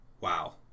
Wow